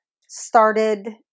started